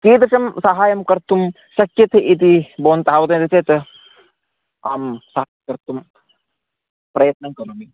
कीदृशं सहायं कर्तुं शक्यते इति भवन्तः वदन्ति चेत् अहम् साहायं कर्तुं प्रयत्नं करोमि